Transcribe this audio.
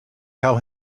tell